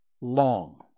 long